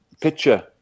picture